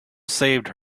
saved